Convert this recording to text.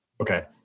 Okay